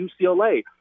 UCLA